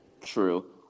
True